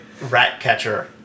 Ratcatcher